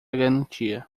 garantia